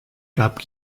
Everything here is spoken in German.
gab